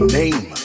name